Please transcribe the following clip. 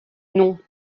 nom